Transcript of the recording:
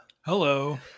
hello